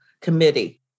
Committee